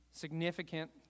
Significant